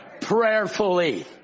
prayerfully